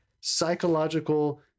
psychological